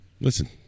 Listen